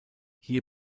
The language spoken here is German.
hier